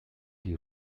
die